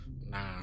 Nah